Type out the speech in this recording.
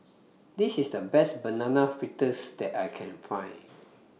This IS The Best Banana Fritters that I Can Find